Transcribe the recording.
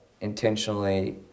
intentionally